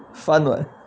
fun [what]